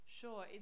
sure